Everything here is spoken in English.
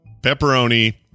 pepperoni